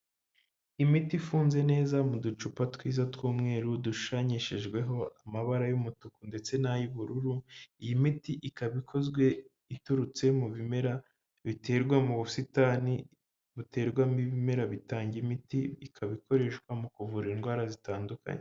Imiti ifunze neza mu ducupa twiza tw'umweru dushushanyishijweho amabara y'umutuku ndetse n'ay'ubururu, iyi miti ikaba ikozwe iturutse mu bimera biterwa mu busitani buterwamo ibimera bitanga imiti, ikaba ikoreshwa mu kuvura indwara zitandukanye.